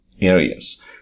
areas